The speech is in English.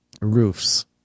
roofs